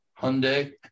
Hyundai